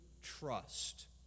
trust